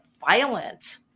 violent